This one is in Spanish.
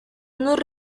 unos